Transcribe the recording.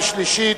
אין נמנעים.